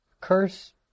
curse